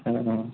ହଁ ହଁ